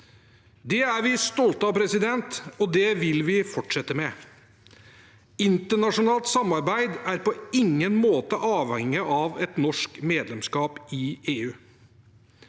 Det er vi stolte av, og det vil vi fortsette med. Internasjonalt samarbeid er på ingen måte avhengig av et norsk medlemskap i EU.